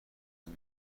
این